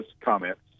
comments